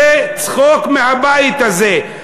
זה צחוק מהבית הזה,